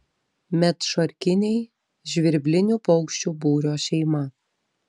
medšarkiniai žvirblinių paukščių būrio šeima